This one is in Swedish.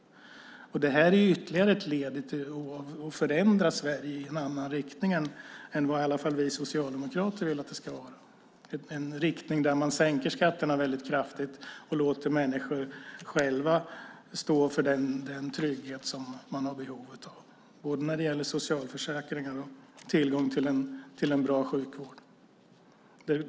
Det här är ytterligare ett led i att förändra Sverige i en annan riktning än vi socialdemokrater vill. Det är en riktning där man sänker skatterna väldigt kraftigt och låter människor själva stå för den trygghet man har behov av, både när det gäller socialförsäkringar och tillgång till en bra sjukvård.